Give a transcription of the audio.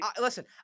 listen